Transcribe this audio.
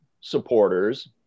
supporters